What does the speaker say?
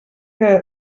que